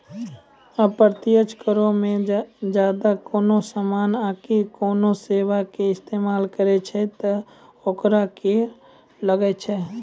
अप्रत्यक्ष करो मे जदि कोनो समानो आकि कोनो सेबा के इस्तेमाल करै छै त ओकरो कर लागै छै